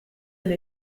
elle